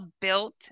Built